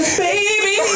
baby